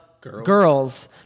girls